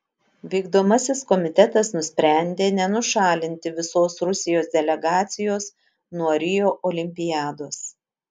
vykdomasis komitetas nusprendė nenušalinti visos rusijos delegacijos nuo rio olimpiados